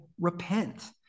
repent